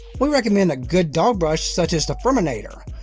we recommend a good dog brush such as the furminator.